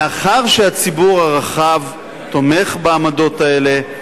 מאחר שהציבור הרחב תומך בעמדות האלה,